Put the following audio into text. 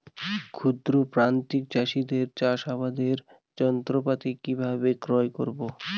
ক্ষুদ্র প্রান্তিক চাষীদের চাষাবাদের যন্ত্রপাতি কিভাবে ক্রয় করব?